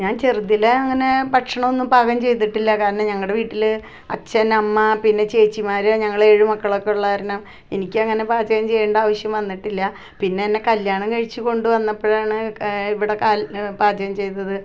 ഞാൻ ചെറുതിലെ അങ്ങനെ ഭക്ഷണമൊന്നും പാകം ചെയ്തിട്ടില്ല കാരണം ഞങ്ങളുടെ വീട്ടിൽ അച്ഛൻ അമ്മ പിന്നെ ചേച്ചിമാർ ഞങ്ങൾ ഏഴ് മക്കളൊക്കെ ഉള്ളത് കാരണം എനിക്ക് അങ്ങനെ പാചകം ചെയ്യേണ്ട ആവശ്യം വന്നിട്ടില്ല പിന്നെ എന്നെ കല്യാണം കഴിച്ച് കൊണ്ട് വന്നപ്പോഴാണ് ഇവിടെ പാചകം ചെയ്തത്